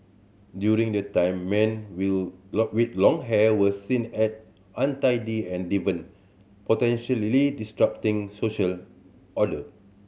during that time men will with long hair were seen as untidy and deviant potentially disrupting social order